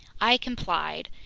i complied.